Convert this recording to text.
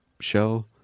Show